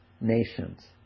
nations